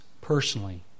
personally